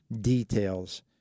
details